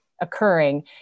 occurring